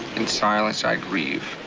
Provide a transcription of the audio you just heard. in silence i grieve,